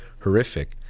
horrific